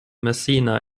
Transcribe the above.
messina